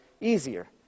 easier